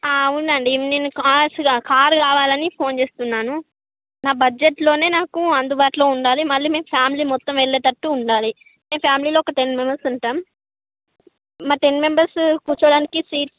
అవునండీ నేను car car కావాలని ఫోన్ చేస్తున్నాను నా బడ్జెట్లోనే నాకు అందుబాటులో ఉండాలి మళ్ళీ మేము ఫ్యామిలీ మొత్తం వెళ్ళేటట్టు ఉండాలి మేము ఫ్యామిలీలో ఒక టెన్ మెంబెర్స్ ఉంటాము మా టెన్ మెంబెర్స్ కూర్చోవడానికి సీట్స్